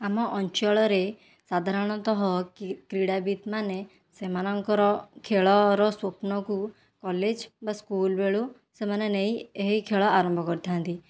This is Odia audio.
ଆମ ଅଞ୍ଚଳରେ ସାଧାରଣତଃ କି କ୍ରୀଡ଼ାବିତମାନେ ସେମାନଙ୍କର ଖେଳର ସ୍ୱପ୍ନକୁ କଲେଜ ବା ସ୍କୁଲ ବେଳୁ ସେମାନେ ନେଇ ଏହି ଖେଳ ଆରମ୍ଭ କରିଥାନ୍ତି